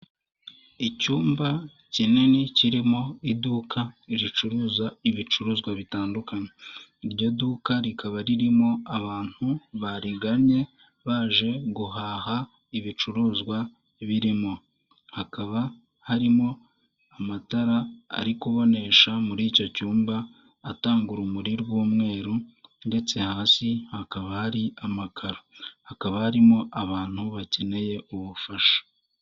Icyumba kinini kirimo iduka ricuruza ibicuruzwa bitandukanye, iryo duka rikaba ririmo abantu barigannye baje guhaha ibicuruzwa birimo, hakaba harimo amatara ari kubonesha muri icyo cyumba atanga urumuri rw'umweru ndetse hasi hakaba hari amakaro, hakaba harimo abantu bakeneye ubufasha.